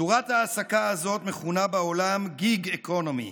צורת ההעסקה הזאת מוכנה בעולם gig economy.